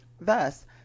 Thus